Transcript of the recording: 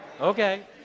Okay